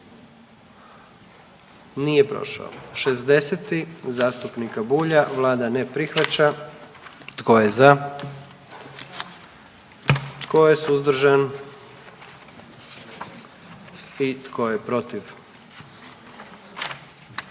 44. Kluba zastupnika SDP-a, vlada ne prihvaća. Tko je za? Tko je suzdržan? Tko je protiv?